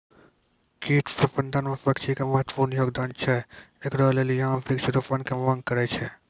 कीट प्रबंधन मे पक्षी के महत्वपूर्ण योगदान छैय, इकरे लेली यहाँ वृक्ष रोपण के मांग करेय छैय?